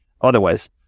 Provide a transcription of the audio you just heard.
otherwise